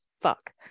fuck